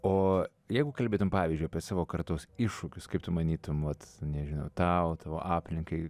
o jeigu kalbėtum pavyzdžiui apie savo kartos iššūkius kaip tu manytum vat nežinau tau tavo aplinkai